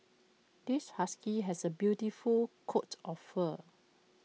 this husky has A beautiful coat of fur